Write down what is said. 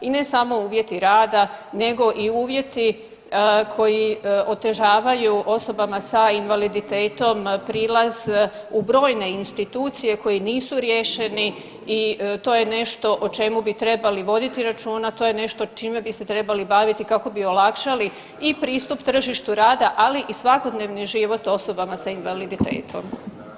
I ne samo uvjeti rada nego i uvjeti koji otežavaju osobama sa invaliditetom prilaz u brojne institucije koji nisu riješeni i to je nešto o čemu bi trebali voditi računa, to je nešto čime bi se trebali baviti kako bi olakšali i pristup tržištu rada, ali i svakodnevni život osobama sa invaliditetom.